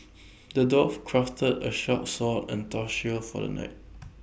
the dwarf crafted A sharp sword and A tough shield for the knight